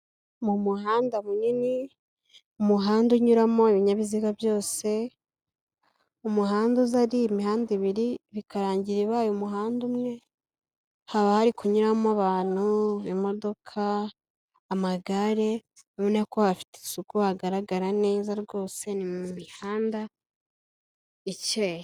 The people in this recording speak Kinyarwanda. Mu muhanda munini, umuhanda unyuramo ibinyabiziga byose, umuhanda uza ari imihanda ibiri bikarangira ibaye umuhanda umwe, haba hari kunyuramo abantu, imodoka, amagare abona ko hafite isuku hagaragara neza rwose ni mu mihanda ikeye.